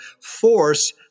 force